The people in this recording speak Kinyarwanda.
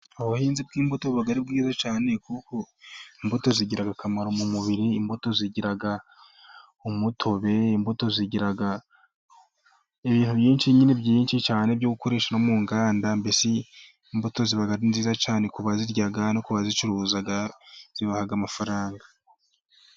Ubuhinzi bw'imbutori buba ari bwiza cyane, kuko imbuto zigira akamaro mu mubiri. Imbuto zigira umutobe, imbuto zigira ibintu byinshi nyine byinshi cyane byo gukoresha mu nganda. Mbese imbuto ziba ari nziza cyane ku bazirya no ku bazicuruza, zibaha amafaranga.